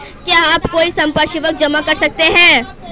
क्या आप कोई संपार्श्विक जमा कर सकते हैं?